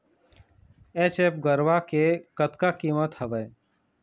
HF गरवा के कतका कीमत हवए?